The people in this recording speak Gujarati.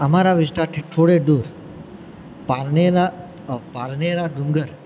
અમારા વિસ્તારથી થોડે દૂર પારનેરા પારનેરા ડુંગર